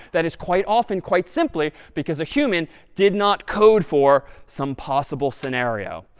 that is quite often quite simply because a human did not code for some possible scenario.